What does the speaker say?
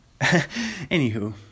anywho